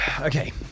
Okay